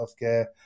Healthcare